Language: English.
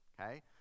okay